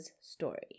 story